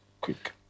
quick